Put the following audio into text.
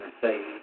say